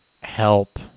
help